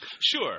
Sure